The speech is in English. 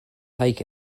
take